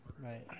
Right